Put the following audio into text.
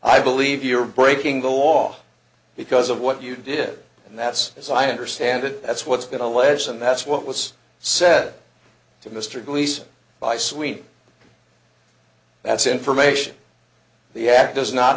i believe you're breaking the law because of what you did and that's as i understand it that's what's going to lessen that's what was said to mr gleason by sweet that's information the act does not